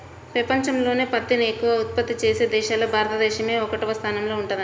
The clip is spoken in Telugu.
పెపంచంలోనే పత్తిని ఎక్కవగా ఉత్పత్తి చేసే దేశాల్లో భారతదేశమే ఒకటవ స్థానంలో ఉందంట